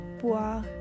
boire